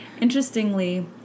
interestingly